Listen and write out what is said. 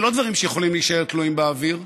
אלה לא דברים שיכולים להישאר תלויים באוויר.